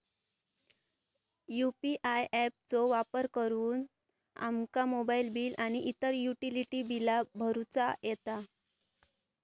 UPI app चो वापर करुन आमका मोबाईल बिल आणि इतर युटिलिटी बिला भरुचा येता